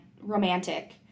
romantic